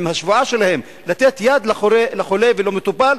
עם השבועה שלהם לתת יד לחולה ולמטופל,